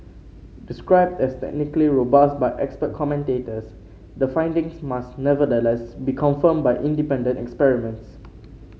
described as technically robust by expert commentators the findings must nevertheless be confirmed by independent experiments